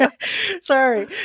Sorry